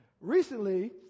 recently